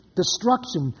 destruction